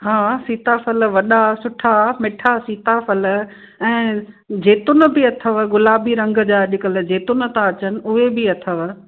हा सीताफ़ल वॾा सुठा मिट्ठा सीताफ़ल ऐं जैतून बि अथव गुलाबी रंग जा अॼु कल्ह जैतून था अचनि उहे बि अथव